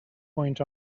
point